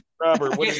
robert